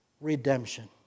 redemption